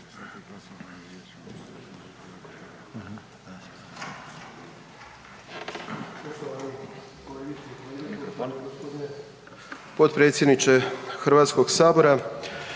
potpredsjednika Hrvatskog sabora